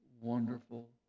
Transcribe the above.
wonderful